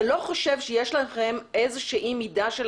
אתה לא חושב שיש לכם איזושהי מידה של